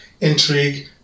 intrigue